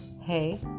hey